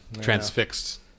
Transfixed